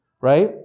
right